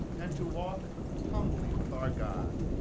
and to walk humbly with our god.